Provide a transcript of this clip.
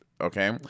Okay